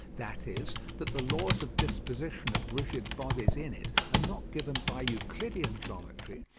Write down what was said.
that is, that the laws of disposition of rigid bodies in it are not given by euclidean geometry,